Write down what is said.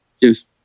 Yes